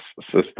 system